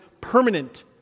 permanent